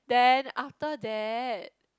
then after that